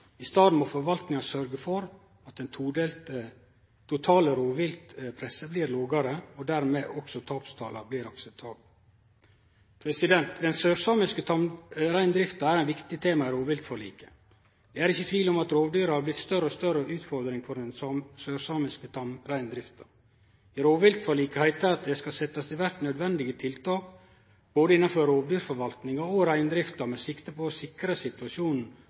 I staden må forvaltninga sørgje for at det totale rovviltpresset blir lågare, og dermed også at tapstala blir akseptable. Den sørsamiske tamreindrifta er eit viktig tema i rovviltforliket. Det er ikkje tvil om at rovdyra har blitt ei større og større utfordring for den sørsamiske tamreindrifta. I rovviltforliket heiter det at «det skal iverksettes nødvendige tiltak både innenfor rovdyrforvaltningen og reindriften med sikte på å sikre situasjonen